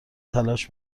تلاش